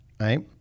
right